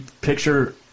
picture